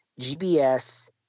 GBS